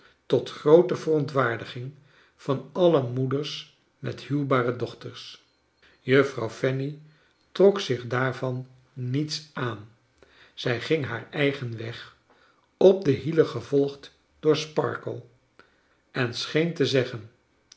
tot groote verontwaardiging van alle moeders met huwbare dochters juffrouw fanny trok zich daarvan niets aan zij ging haar eigen weg op de hielen gevolgd door sparkler en scheen te zeggen